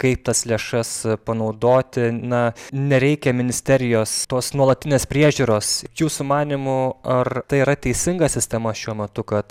kaip tas lėšas panaudoti na nereikia ministerijos tos nuolatinės priežiūros jūsų manymu ar tai yra teisinga sistema šiuo metu kad